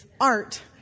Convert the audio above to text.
art